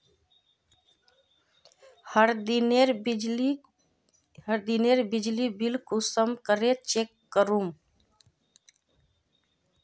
हर दिनेर बिजली बिल कुंसम करे चेक करूम?